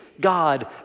God